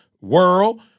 world